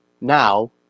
now